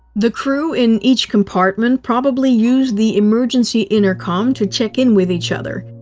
the crew in each compartment probably used the emergency intercom to check in with each other.